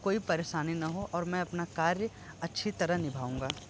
कोई परेशानी ना हो और मैं अपना कार्य अच्छी तरह निभाऊँगा